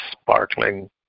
sparkling